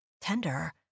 tender